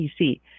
PC